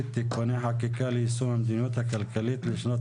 (תיקוני חקיקה ליישום המדיניות הכלכלית לשנות